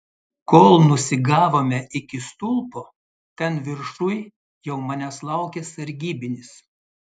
kol nusigavome iki stulpo ten viršuj jau manęs laukė sargybinis